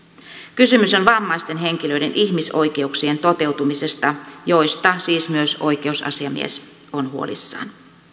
kysymys on vammaisten henkilöiden ihmisoikeuksien toteutumisesta joista siis myös oikeusasiamies on huolissaan